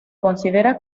considera